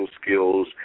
skills